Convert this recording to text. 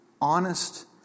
honest